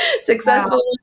successful